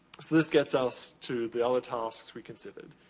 this this gets us to the other tasks we considered.